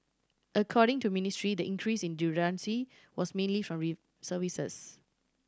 according to Ministry the increase in redundancy was mainly from in services